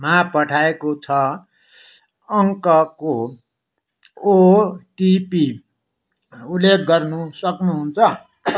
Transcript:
मा पठाइएको छ अङ्कको ओटिपी उल्लेख गर्न सक्नुहुन्छ